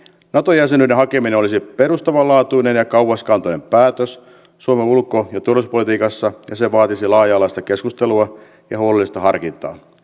nato jäsenyyden hakeminen olisi perustavanlaatuinen ja kauaskantoinen päätös suomen ulko ja turvallisuuspolitiikassa ja se vaatisi laaja alaista keskustelua ja huolellista harkintaa